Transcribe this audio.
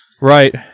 Right